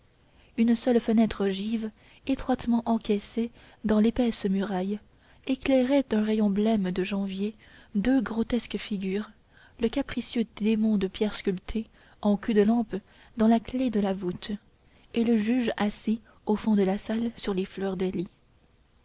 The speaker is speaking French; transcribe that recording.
une seule fenêtre ogive étroitement encaissée dans l'épaisse muraille éclairait d'un rayon blême de janvier deux grotesques figures le capricieux démon de pierre sculpté en cul de lampe dans la clef de la voûte et le juge assis au fond de la salle sur les fleurs de lys